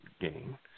gain